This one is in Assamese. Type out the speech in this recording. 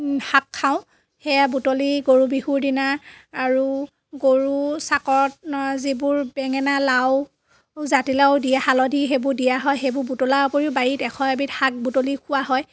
শাক খাওঁ সেইয়া বুটলি গৰু বিহুৰ দিনা আৰু গৰুৰ চাকত যিবোৰ বেঙেনা লাউ জাতিলাউ দি হালধি সেইবোৰ দিয়া হয় সেইবোৰ বুটলাৰ উপৰিও বাৰীত এশ এবিধ শাক বুটলি খোৱা হয়